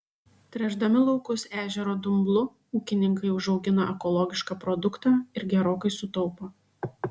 tręšdami laukus ežero dumblu ūkininkai užaugina ekologišką produktą ir gerokai sutaupo